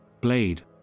Blade